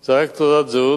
זה רק תעודת זהות,